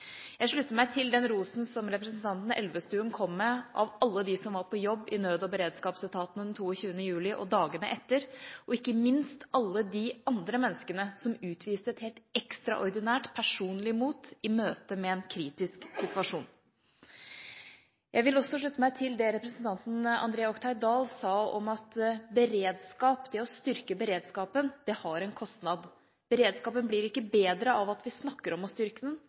Jeg slutter meg til den rosen som representanten Elvestuen kom med av alle dem som var på jobb i nød- og beredskapsetatene den 22. juli og dagene etter, og ikke minst alle de andre menneskene som utviste et helt ekstraordinært personlig mot i møte med en kritisk situasjon. Jeg vil også slutte meg til det representanten André Oktay Dahl sa om at det å styrke beredskapen har en kostnad. Beredskapen blir ikke bedre av at vi snakker om å styrke den,